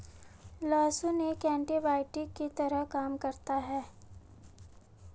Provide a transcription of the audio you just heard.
लहसुन एक एन्टीबायोटिक की तरह काम करता है